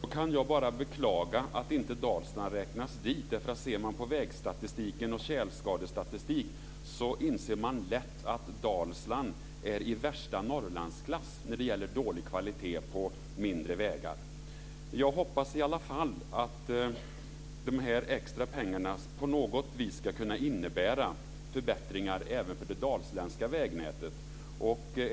Fru talman! Då kan jag bara beklaga att Dalsland inte räknas dit. Ser man på vägstatistik och tjälskadestatistik inser man lätt att Dalsland är i värsta Norrlandsklass när det gäller dålig kvalitet på mindre vägar. Jag hoppas i alla fall att de extra pengarna på något vis ska innebära förbättringar även för det dalsländska vägnätet.